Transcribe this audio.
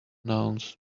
announced